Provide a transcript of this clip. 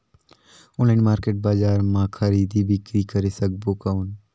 Online market बजार मां खरीदी बीकरी करे सकबो कौन?